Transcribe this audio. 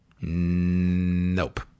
Nope